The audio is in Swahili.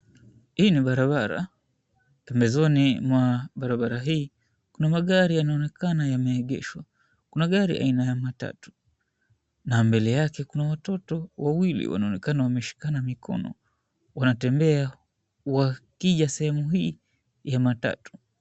Hii ni barabara. Pembezoni mwa barabara hii kuna magari yanaonekana yameegeshwa. Kuna gari aina ya matatu na mbele yake kuna watoto wawili wanaonekana wameshikana mikono wanatembea wakija sehemu hii ya matatu.